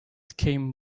came